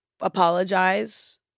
apologize